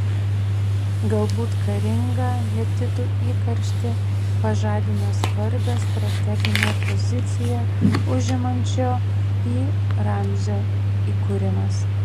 galbūt karingą hetitų įkarštį pažadino svarbią strateginę poziciją užimančio pi ramzio įkūrimas